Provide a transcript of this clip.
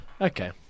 Okay